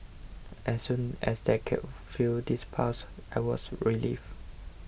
as soon as they could feel this pulse I was relieved